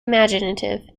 imaginative